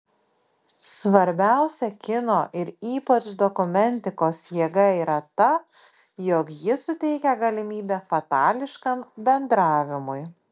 svarbiausia kino ir ypač dokumentikos jėga yra ta jog ji suteikia galimybę fatališkam bendravimui